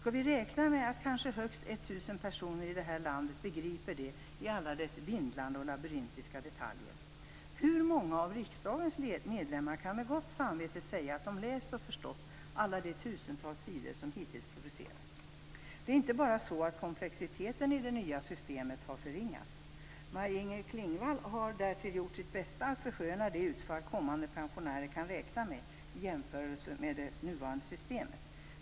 Skall vi räkna med att kanske högst 1 000 personer i detta land begriper det i alla dess vindlande och labyrintiska detaljer? Hur många av riksdagens ledamöter kan med gott samvete säga att de läst och förstått alla de tusentals sidor som hittills producerats? Det är inte bara så att komplexiteten i det nya systemet har förringats. Maj-Inger Klingvall har därtill gjort sitt bästa att försköna de utfall kommande pensionärer kan räkna med i jämförelse med det nuvarande systemet.